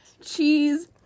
cheese